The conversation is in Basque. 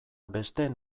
besteen